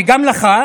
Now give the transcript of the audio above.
וגם לך,